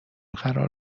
قرار